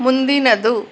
ಮುಂದಿನದು